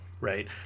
right